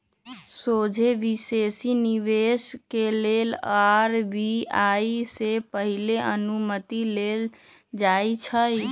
सोझे विदेशी निवेश के लेल आर.बी.आई से पहिले अनुमति लेल जाइ छइ